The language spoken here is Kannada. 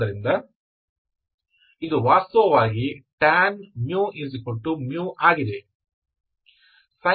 ಆದ್ದರಿಂದ ಇದು ವಾಸ್ತವವಾಗಿ tan μμ ಆಗಿದೆ